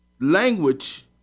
language